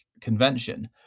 convention